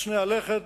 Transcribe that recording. הצנע לכת.